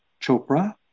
Chopra